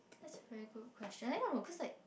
that's a very good question